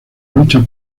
lucha